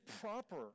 proper